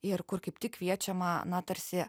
ir kur kaip tik kviečiama na tarsi